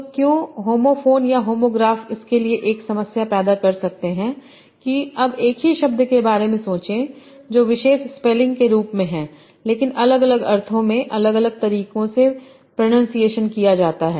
तो क्यों homophone या होमोग्राफ इसके लिए एक समस्या पैदा कर सकते हैं कि अब एक ही शब्द के बारे में सोचें जो विशेष स्पेलिंग के रूप में है लेकिन यह अलग अलग अर्थों में अलग अलग तरीकों से प्रनंसीएशन किया जाता है